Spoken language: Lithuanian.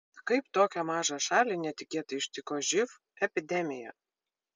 kaip tokią mažą šalį netikėtai ištiko živ epidemija